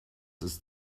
ist